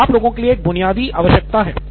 यह आप लोगों के लिए एक बुनियादी आवश्यकता है